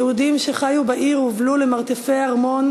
היהודים שחיו בעיר הובלו למרתפי ארמון